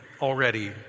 already